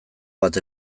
bat